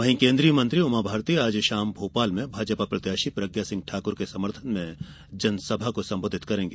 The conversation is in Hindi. वहीं केन्द्रीय मंत्री उमा भारती आज शाम भोपाल में भाजपा प्रत्याशी प्रज्ञा सिंह ठाक्र के समर्थन में जनसभा को संबोधित करेंगी